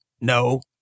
No